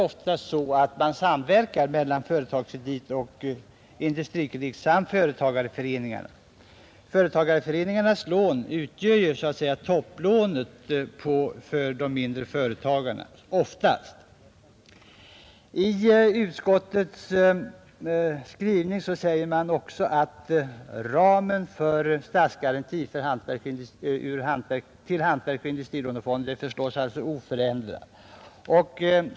Ofta sker en samverkan mellan AB Industrikredit, AB Företagskredit och företagareföreningarna. Företagareföreningarnas lån utgör oftast så att säga topplånet för de mindre företagen. I utskottets skrivning sägs också att ramen för statsgaranti vid lån till hantverksoch industriföretag föreslås oförändrad.